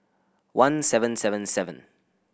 one seven seven seven